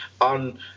on